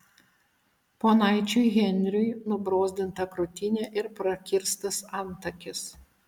ponaičiui henriui nubrozdinta krūtinė ir prakirstas antakis